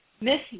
Miss